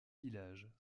villages